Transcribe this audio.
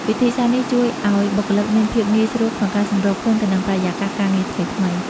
វិធីសាស្រ្តនេះជួយឲ្យបុគ្គលិកមានភាពងាយស្រួលក្នុងការសម្របខ្លួនទៅនឹងបរិយាកាសការងារថ្មីៗ។